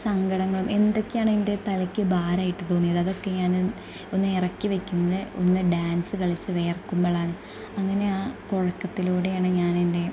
സങ്കടങ്ങളും എന്തൊക്കെയാണോ എന്റെ തലക്ക് ഭാരമായിട്ട് തോന്നിയത് അതൊക്കെ ഞാൻ ഒന്ന് ഇറക്കി വെക്കുന്നത് ഒന്ന് ഡാൻസ് കളിച്ചു വിയർക്കുമ്പോളാണ് അങ്ങനെയാ കുഴക്കത്തിലുടെയാണ് ഞാനെന്റെ